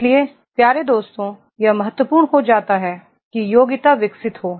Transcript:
इसलिए प्यारे दोस्तों यह बहुत महत्वपूर्ण हो जाता है कि योग्यता विकसित हो